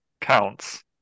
counts